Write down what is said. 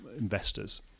investors